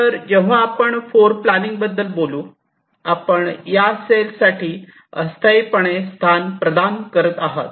तर जेव्हा आपण फ्लोरप्लानिंगबद्दल बोलू आपण या सेलसाठी अस्थायीपणे स्थान प्रदान करत आहात